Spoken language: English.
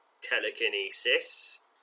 telekinesis